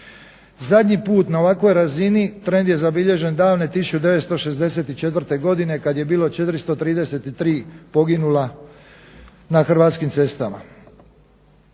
Zadnji put na ovakvoj razini trend je zabilježen davne 1964. godine kad je bilo 433 poginula na hrvatskim cestama.